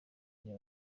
bya